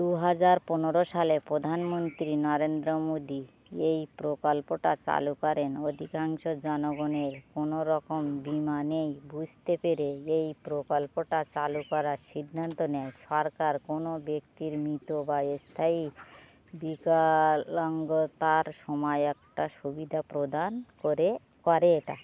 দুহাজার পনেরো সালে প্রধানমন্ত্রী নরেন্দ্র মোদী এই প্রকল্পটা চালু করেন অধিকাংশ জনগণের কোনো রকম বীমা নেই বুঝতে পেরে এই প্রকল্পটা চালু করার সিদ্ধান্ত নেয় সরকার কোনো ব্যক্তি মৃত বা স্থায়ী বিকলাঙ্গতার সমায় একটা সুবিধা প্রদান করে করে এটা